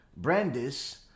brandis